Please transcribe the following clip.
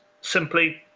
simply